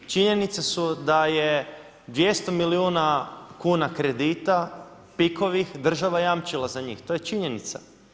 Činjenice su da je 200 milijuna kuna kredita, Pikovih, država jamčila za njih, to je činjenica.